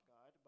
God